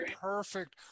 perfect